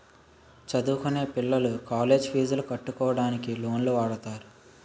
చదువుకొనే పిల్లలు కాలేజ్ పీజులు కట్టుకోవడానికి లోన్లు వాడుతారు